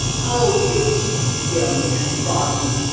oh, you keep still, nan bobbsey!